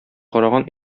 караган